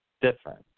different